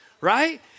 Right